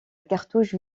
cartouche